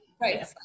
Right